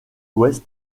ouest